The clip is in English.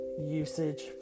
usage